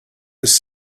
was